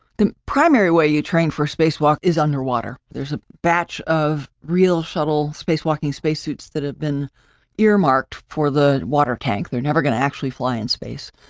the primary way you train for spacewalk is underwater. there's a batch of real shuttle spacewalking spacesuits that have been earmarked for the water tank, they're never going to actually fly in space.